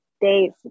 days